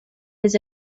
his